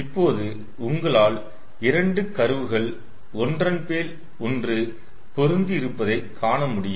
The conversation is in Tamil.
இப்போது உங்களால் 2 கர்வ்கள் ஒன்றன் மேல் ஒன்று பொருந்தி இருப்பதை காணமுடியும்